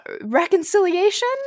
reconciliation